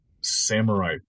samurai